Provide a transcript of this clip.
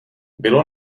bylo